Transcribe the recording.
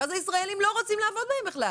ואז ישראלים לא רוצים לעבוד בהם בכלל.